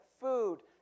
food